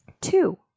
Two